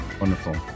Wonderful